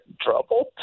trouble